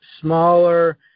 smaller